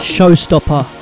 Showstopper